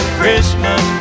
Christmas